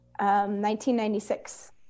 1996